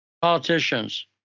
Politicians